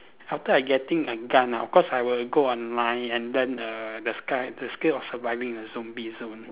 after I getting my gun ah of course I will go online and then err the sky the skill of surviving the zombie zone